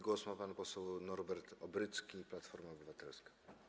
Głos ma pan poseł Norbert Obrycki, Platforma Obywatelska.